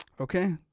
Okay